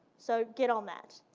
so get on that.